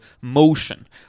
motion